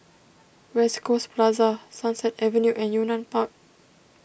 West Coast Plaza Sunset Avenue and Yunnan Park